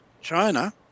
China